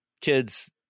kids